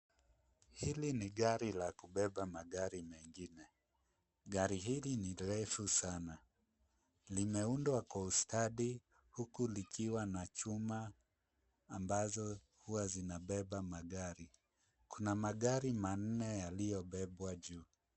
Hili ni gari la kubeba magari mengine. Gari hili ni refu sana. Limeundwa kwa ustadi huku likiwa na chuma ambazo huwa zinabeba magri. Kuna magari manne yaliyobebwa juu.